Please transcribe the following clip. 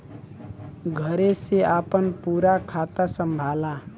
घरे से आपन पूरा खाता संभाला